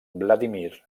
vladímir